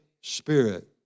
Spirit